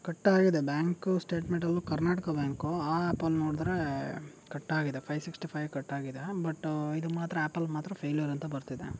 ಕಟ್ಟಾಗಿದೆ ಬ್ಯಾಂಕು ಸ್ಟೇಟ್ಮೆಂಟಲ್ಲೂ ಕರ್ನಾಟಕ ಬ್ಯಾಂಕು ಆ ಆ್ಯಪಲ್ಲಿ ನೋಡಿದ್ರೆ ಕಟ್ಟಾಗಿದೆ ಫೈವ್ ಸಿಕ್ಸ್ಟಿ ಫೈವ್ ಕಟ್ಟಾಗಿದೆ ಬಟ್ ಇದು ಮಾತ್ರ ಆ್ಯಪಲ್ಲಿ ಮಾತ್ರ ಫೇಲ್ಯೂರ್ ಅಂತ ಬರ್ತಿದೆ